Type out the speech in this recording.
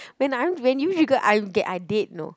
when I'm when you triggered I'm g~ I dead you know